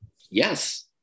Yes